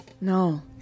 No